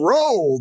Roll